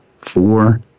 four